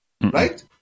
right